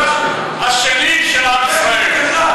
בית-המקדש השני של עם ישראל.